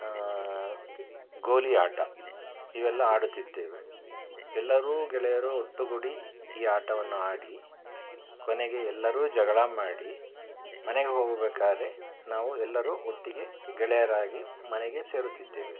ಗೋಲಿ ಆಟ ಇವೆಲ್ಲ ಆಡುತ್ತಿದ್ದೇವೆ ಎಲ್ಲರೂ ಗೆಳೆಯರು ಒಟ್ಟುಗೂಡಿ ಈ ಆಟವನ್ನು ಆಡಿ ಕೊನೆಗೆ ಎಲ್ಲರೂ ಜಗಳ ಮಾಡಿ ಮನೆಗೆ ಹೋಗಬೇಕಾದ್ರೆ ನಾವು ಎಲ್ಲರೂ ಒಟ್ಟಿಗೆ ಗೆಳೆಯರಾಗಿ ಮನೆಗೆ ಸೇರುತ್ತಿದ್ದೇವೆ